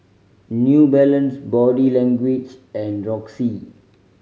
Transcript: New Balance Body Language and Roxy